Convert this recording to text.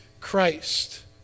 Christ